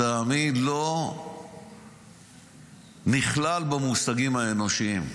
שלטעמי הוא לא נכלל במושגים האנושיים.